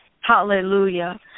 Hallelujah